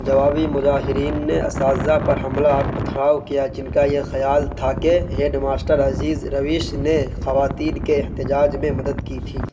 جوابی مظاہرین نے اساتذہ پر حملہ اور پتھراؤ کیا جن کا یہ خیال تھا کہ ہیڈ ماسٹر عزیز روش نے خواتین کے احتجاج میں مدد کی تھی